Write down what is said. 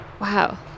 Wow